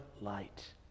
light